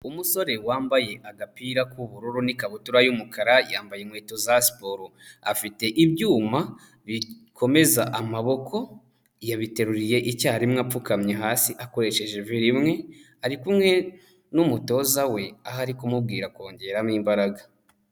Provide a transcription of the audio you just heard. Umusore wambaye agapira k'ubururu n'ikabutura y'umukara, yambaye inkweto za siporo, afite ibyuma bikomeza amaboko, yabiteruriye icyarimwe apfukamye hasi akoresheje ivi rimwe, ari kumwe n'umutoza we aho ari kumubwira kongeramo imbaraga.